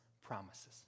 promises